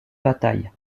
bataille